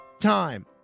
time